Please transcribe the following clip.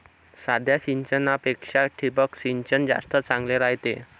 साध्या सिंचनापेक्षा ठिबक सिंचन जास्त चांगले रायते